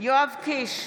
יואב קיש,